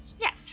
Yes